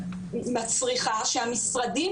ברגע שתפקידו בידי המשרדים